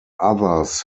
others